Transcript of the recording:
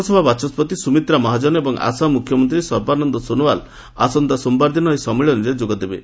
ଲୋକସଭା ବାଚସ୍କତି ସୁମିତ୍ରା ମହାଜନ ଏବଂ ଆସାମ ମୁଖ୍ୟମନ୍ତ୍ରୀ ସର୍ବାନନ୍ଦ ସୋନୋୱାଲ ଆସନ୍ତା ସୋମବାର ଦିନ ଏହି ସମ୍ମିଳନୀରେ ଯୋଗଦେବେ